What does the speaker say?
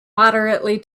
moderately